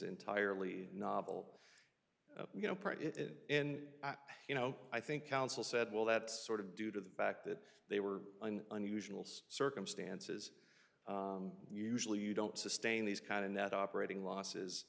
entirely novel you know part it and you know i think counsel said well that sort of due to the fact that they were unusual circumstances usually you don't sustain these kind of net operating losses